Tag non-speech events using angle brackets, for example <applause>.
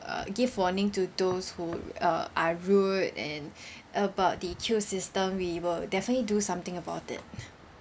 uh give warning to those who uh are rude and <breath> about the queue system we will definitely do something about it